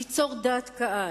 ליצור דעת קהל,